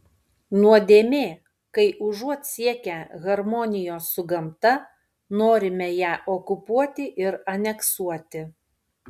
nuodėmė kai užuot siekę harmonijos su gamta norime ją okupuoti ir aneksuoti